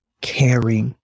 caring